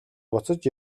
буцаж